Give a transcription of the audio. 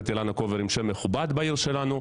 שם מכובד בעיר שלנו,